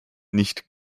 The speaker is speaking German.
nicht